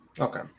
Okay